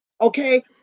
okay